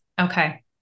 Okay